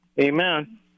Amen